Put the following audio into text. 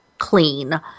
clean